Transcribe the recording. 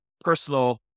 personal